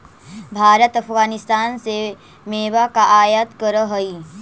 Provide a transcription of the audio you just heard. भारत अफगानिस्तान से मेवा का आयात करअ हई